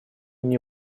мне